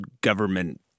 government